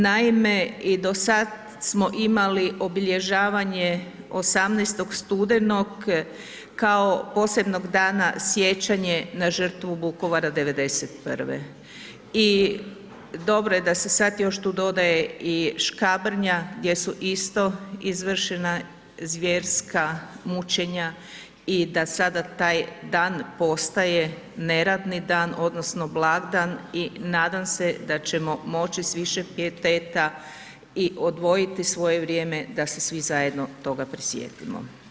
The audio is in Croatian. Naime, i do sad smo imali obilježavanje 18. studenog kao posebnog dana sjećanje na žrtvu Vukovara '91. i dobro je da se sad još tu dodaje i Škabrnja gdje su isto izvršena zvjerska mučenja i da sada taj dan postaje neradni dan odnosno blagdan i nadam se da ćemo moći s više piateta i odvojiti svoje vrijeme da se svi zajedno toga prisjetimo.